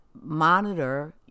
monitor